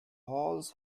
halls